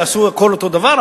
יעשו הכול אותו דבר,